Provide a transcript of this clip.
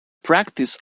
practice